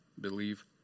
believe